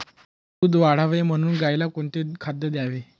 दूध वाढावे म्हणून गाईला कोणते खाद्य द्यावे?